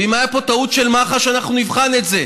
ואם הייתה פה טעות של מח"ש, אנחנו נבחן את זה,